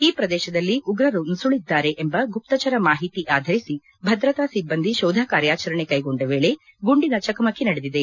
ಈ ಪ್ರದೇಶದಲ್ಲಿ ಉಗ್ರರು ನುಸುಳಿದಿದ್ದಾರೆ ಎಂಬ ಗುಪ್ತಚರ ಮಾಹಿತಿ ಆಧರಿಸಿ ಭದ್ರತಾ ಸಿಬ್ಲಂದಿ ಕೋಧ ಕಾರ್ಯಾಚರಣೆ ಕೈಗೊಂಡ ವೇಳೆ ಗುಂಡಿನ ಚಕಮಕಿ ನಡೆದಿದೆ